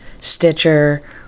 Stitcher